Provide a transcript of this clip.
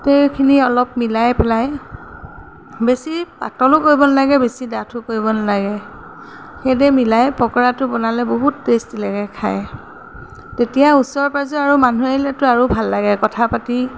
গোটেইখিনি অলপ মিলাই পেলাই বেছি পাতলো কৰিব নালাগে বেছি ডাঠো কৰিব নালাগে সেইদৰে মিলাই পকৰাটো বনালে বহুত টেষ্টি লাগে খাই তেতিয়া ওচৰ পাঁজৰ আৰু মানুহ আহিলেতো আৰু ভাল লাগে কথা পাতি